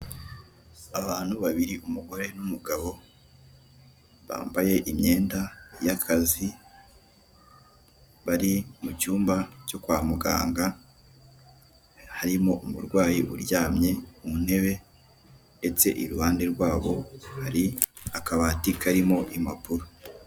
Abantu babiri, umugore n'umugabo bambaye imyenda y'akazi, bari mu cyumba cyo kwa muganga. Harimo umurwayi uryamye ku ntebe, ndetse iruhande rwabo, hari akabati karimo impapuro.